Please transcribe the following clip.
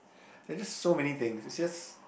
they just so many things they just